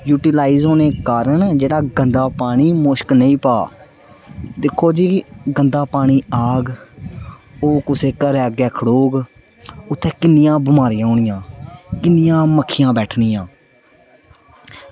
utilise होने दे कारण जेह्ड़ा गंदा पानी मुश्क नेईं पाऽ दिक्खो जी गंदा पानी आह्ग ओह् कुसै दे घरै अग्गें खड़ोग उत्थै किन्नियां बमारियां होनियां किन्नियां मक्खियां बैठनियां